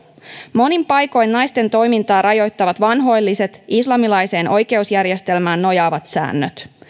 monin paikoin naisten toimintaa rajoittavat vanhoilliset islamilaiseen oikeusjärjestelmään nojaavat säännöt